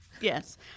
yes